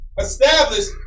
established